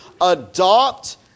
Adopt